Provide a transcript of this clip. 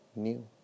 new